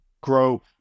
grow